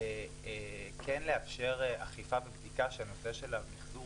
כן לאפשר אכיפה ובדיקה של נושא המיחזור,